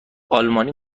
آلمانی